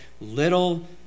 little